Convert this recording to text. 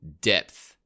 depth